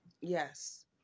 Yes